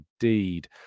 indeed